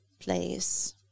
place